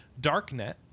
Darknet